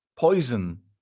Poison